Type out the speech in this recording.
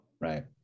Right